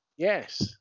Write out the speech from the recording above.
Yes